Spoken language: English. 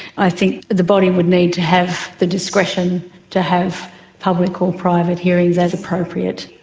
i think the body would need to have the discretion to have public or private hearings as appropriate.